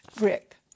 Rick